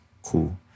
Cool